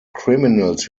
criminals